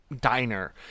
diner